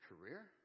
career